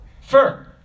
fur